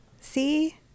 See